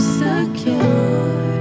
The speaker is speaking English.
secure